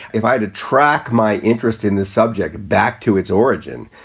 if i did track my interest in the subject back to its origin,